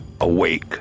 awake